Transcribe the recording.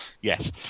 Yes